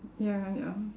ya ya